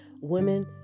Women